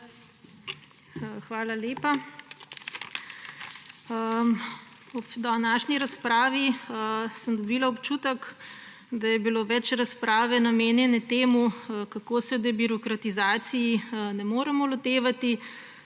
Hvala lepa. Ob današnji razpravi sem dobila občutek, da je bilo več razprave namenjene temu, kako se debirokratizacije ne moremo lotevati